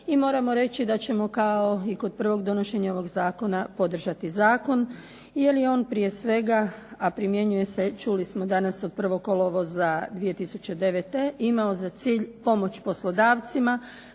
i moramo reći da ćemo kao i kod prvog donošenja ovog zakona podržati zakon jer je on prije svega, a primjenjuje se čuli smo danas od 1. kolovoza 2009., imao za cilj pomoći poslodavcima